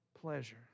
pleasure